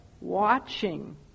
watching